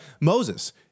Moses